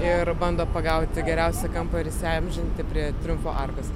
ir bando pagauti geriausią kampą ir įsiamžinti prie triumfo arkos